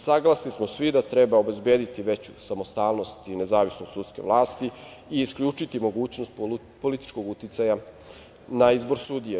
Saglasni smo svi da treba obezbediti veću samostalnost i nezavisnost sudske vlasti i isključiti mogućnost političkog uticaja na izbor sudija.